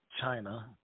China